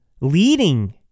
leading